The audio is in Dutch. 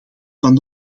van